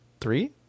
Three